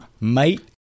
mate